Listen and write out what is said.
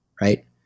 right